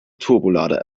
turbolader